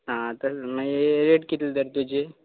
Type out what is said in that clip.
आं तर मागीर रेट कित्ली तर तुजी